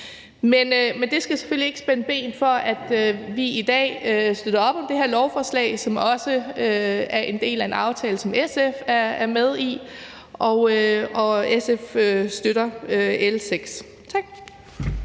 Men det skal selvfølgelig ikke spænde ben for, at vi i dag støtter op om det her lovforslag, som også er en del af en aftale, som SF er med i. SF støtter L 6. Tak.